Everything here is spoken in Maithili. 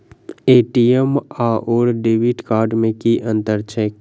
ए.टी.एम आओर डेबिट कार्ड मे की अंतर छैक?